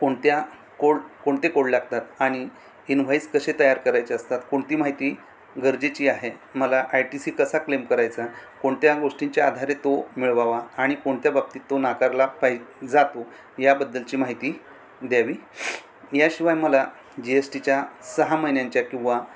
कोणत्या कोड कोणते कोड लागतात आणि इनव्हाईस कसे तयार करायचे असतात कोणती माहिती गरजेची आहे मला आय टी सी कसा क्लेम करायचा कोणत्या गोष्टींच्या आधारे तो मिळवावा आणि कोणत्या बाबतीत तो नाकारला पाहि जातो याबद्दलची माहिती द्यावी याशिवाय मला जी एस टीच्या सहा महिन्यांच्या किंवा